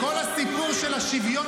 חוק של בגידה בחיילי הסדיר